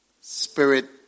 spirit